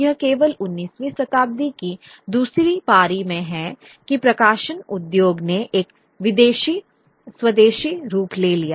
यह केवल 19वीं शताब्दी की दूसरी पारी में है कि प्रकाशन उद्योग ने एक स्वदेशी रूप ले लिया